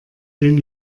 den